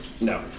No